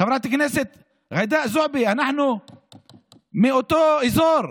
חברת הכנסת ג'ידא זועבי, אנחנו מאותו אזור,